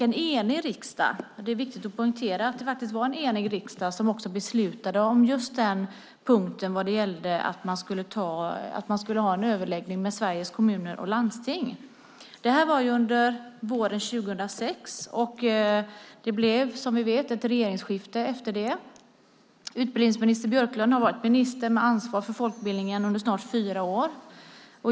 En enig riksdag - det är viktigt att poängtera - beslutade om just den punkten att man skulle ha en överläggning med Sveriges Kommuner och Landsting. Det här var under våren 2006, och som vi vet blev det ett regeringsskifte efter det. Utbildningsminister Björklund har varit minister med ansvar för folkbildningen under snart fyra år.